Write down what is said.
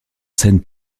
scène